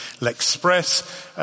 L'Express